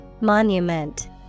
Monument